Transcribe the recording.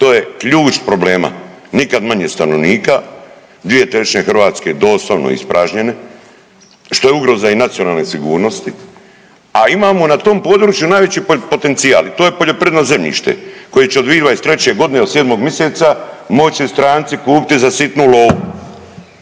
To je ključ problema. Nikad manje stanovnika, 2/3 Hrvatske doslovno ispražnjene što je ugroza i nacionalne sigurnosti, a imamo na tom području najveći potencijal i to je poljoprivredno zemljište koje će od 2023. godine od 7. miseca moći stranci kupiti za sitnu lovu.